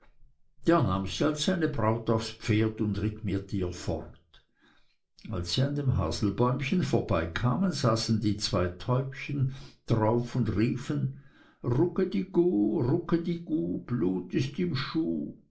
da nahm er sie als seine braut aufs pferd und ritt mit ihr fort als sie an dem haselbäumchen vorbeikamen saßen die zwei täubchen darauf und riefen rucke di guck rucke di guck blut ist im schuck